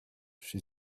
she